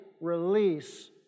release